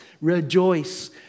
rejoice